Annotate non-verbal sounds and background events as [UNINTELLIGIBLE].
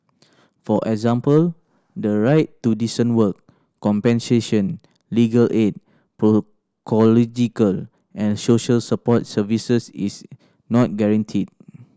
for example the right to decent work compensation legal aid [UNINTELLIGIBLE] and social support services is not guaranteed